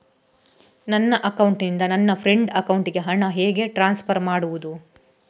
ನನ್ನ ಅಕೌಂಟಿನಿಂದ ನನ್ನ ಫ್ರೆಂಡ್ ಅಕೌಂಟಿಗೆ ಹಣ ಹೇಗೆ ಟ್ರಾನ್ಸ್ಫರ್ ಮಾಡುವುದು?